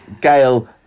Gail